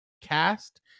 Cast